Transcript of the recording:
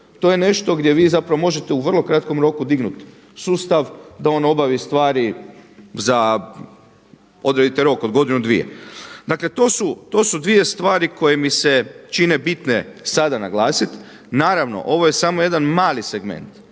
To je nešto gdje vi zapravo možete u vrlo kratkom roku dignuti sustav da on obavi stvari za, odredite rok od godinu, dvije. Dakle, to su dvije stvari koje mi se čine bitne sada naglasiti. Naravno ovo je samo jedan mali segment.